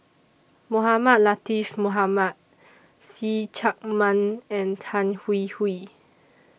Mohamed Latiff Mohamed See Chak Mun and Tan Hwee Hwee